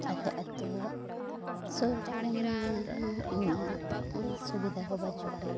ᱟᱞᱮ ᱟᱹᱛᱩ ᱥᱩᱨ ᱠᱚᱨᱮ ᱢᱟ ᱩᱱᱟᱹᱜ ᱜᱟᱱ ᱥᱩᱵᱤᱫᱷᱟ ᱦᱚᱸ ᱵᱟᱹᱱᱩᱜᱼᱟ